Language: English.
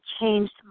changed